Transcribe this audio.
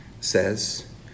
says